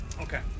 Okay